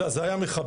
אלא זה היה מחבל,